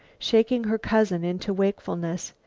shaking her cousin into wakefulness.